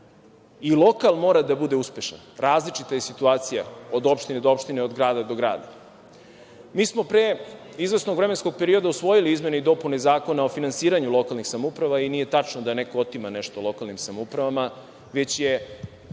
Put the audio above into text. I lokal mora da bude uspešan. Različita je situacija od opštine do opštine, od grada do grada. Pre izvesnog vremenskog perioda smo usvojili izmene i dopune Zakona o finansiranju lokalnih samouprava i nije tačno da neko otima nešto lokalnim samoupravama, već je